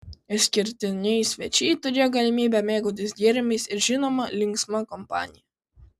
išskirtiniai svečiai turėjo galimybę mėgautis gėrimais ir žinoma linksma kompanija